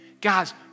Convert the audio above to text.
Guys